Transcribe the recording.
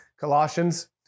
Colossians